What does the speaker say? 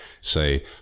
say